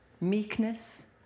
meekness